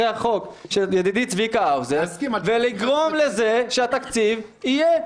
החוק של ידידי צביקה האוזר ולגרום לזה שהתקציב יהיה,